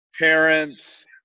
parents